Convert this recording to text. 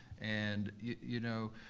and you know,